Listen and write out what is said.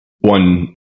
one